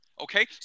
Okay